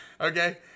Okay